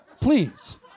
Please